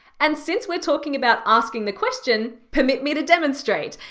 and since we're talking about asking the question, permit me to demonstrate.